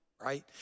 right